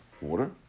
water